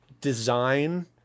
design